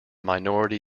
minority